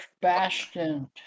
Bastion